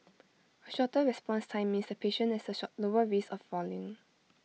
A shorter response time means the patient has A lower risk of falling